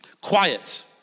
quiet